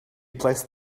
placed